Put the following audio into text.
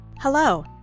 Hello